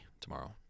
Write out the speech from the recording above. tomorrow